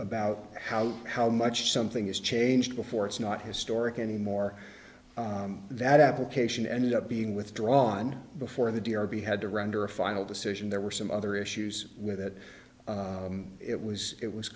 about how how much something is changed before it's not historic anymore that application ended up being withdrawn before the derby had to run or a final decision there were some other issues with it it was it was